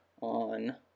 on